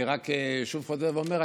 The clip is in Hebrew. אני רק שוב חוזר ואומר,